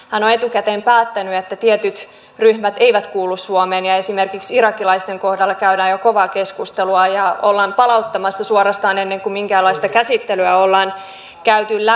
hän on etukäteen päättänyt että tietyt ryhmät eivät kuulu suomeen ja esimerkiksi irakilaisten kohdalla käydään jo kovaa keskustelua ja ollaan palauttamassa suorastaan ennen kuin minkäänlaista käsittelyä ollaan käyty läpi